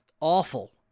awful